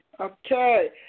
Okay